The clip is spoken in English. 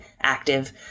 active